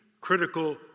critical